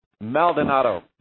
Maldonado